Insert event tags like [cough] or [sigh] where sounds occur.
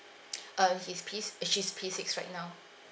[breath] uh he's P s~ eh she's P six right now